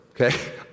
okay